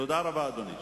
תודה רבה, אדוני.